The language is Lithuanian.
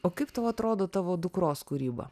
o kaip tau atrodo tavo dukros kūryba